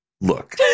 look